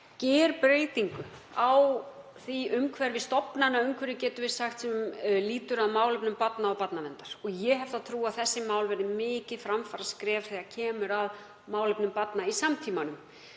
gera breytingu á því stofnanaumhverfi, getum við sagt, sem lýtur að málefnum barna og barnaverndar. Ég hef þá trú að þessi mál verði mikið framfaraskref þegar kemur að málefnum barna í samtímanum.